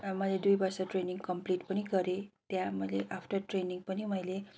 मैले दुई वर्ष ट्रेनिङ कमप्लिट पनि गरेँ त्यहाँ मैले आफ्टर ट्रेनिङ पनि मैले